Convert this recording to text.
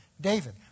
David